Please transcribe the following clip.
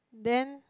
then